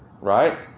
right